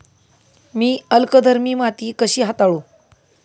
मी अल्कधर्मी माती कशी हाताळू?